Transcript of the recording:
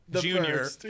junior